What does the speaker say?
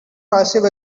passive